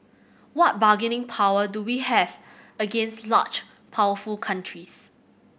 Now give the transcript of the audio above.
what bargaining power do we have against large powerful countries